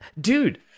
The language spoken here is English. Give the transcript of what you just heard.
dude